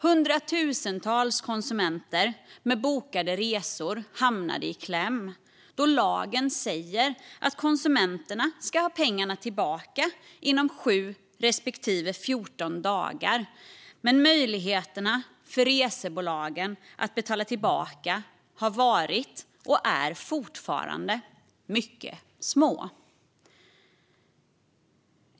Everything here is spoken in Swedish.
Hundratusentals konsumenter med bokade resor hamnade i kläm. Lagen säger att konsumenterna ska ha pengarna tillbaka inom 7 respektive 14 dagar, men möjligheterna för resebolagen att betala tillbaka har varit, och är fortfarande, mycket små.